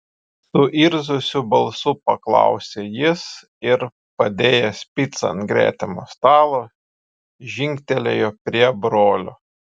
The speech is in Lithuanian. suirzusiu balsu paklausė jis ir padėjęs picą ant gretimo stalo žingtelėjo prie brolio